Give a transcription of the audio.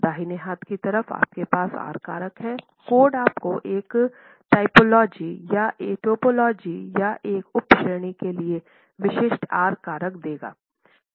दाहिने हाथ की तरफ आपके पास आर कारक हैं कोड आपको एक टाइपोलॉजी या एक उपश्रेणी के लिए विशिष्ट आर कारक देगा